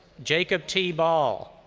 jacob t. ball.